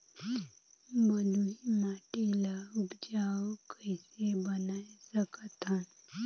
बलुही माटी ल उपजाऊ कइसे बनाय सकत हन?